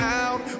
out